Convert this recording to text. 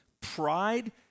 pride